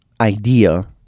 idea